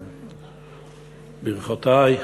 ברכותי.